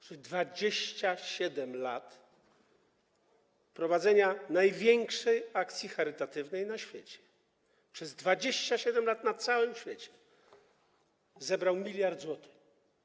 Przez 27 lat prowadzenia największej akcji charytatywnej na świecie, przez 27 lat na całym świecie zebrał 1 mld zł.